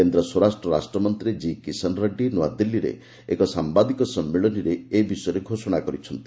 କେନ୍ଦ୍ରସ୍ୱରାଷ୍ଟ୍ର ରାଷ୍ଟ୍ରମନ୍ତ୍ରୀ ଜି କିଷନ୍ରେଡ୍ଡୀ ନୂଆଦିଲ୍ଲୀରେ ଏକ ସାମ୍ବାଦିକ ସମ୍ମିଳନୀରେ ଏ ବିଷୟରେ ଘୋଷଣା କରିଛନ୍ତି